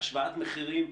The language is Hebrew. השוואת מחירים?